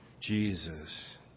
Jesus